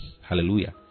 Hallelujah